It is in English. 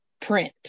print